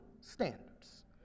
standards